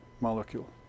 molecule